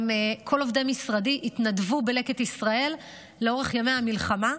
גם כל עובדי משרדי התנדבו בלקט ישראל לאורך ימי המלחמה.